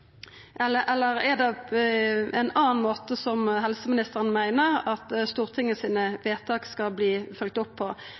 ein annan måte helseministeren meiner at Stortinget sine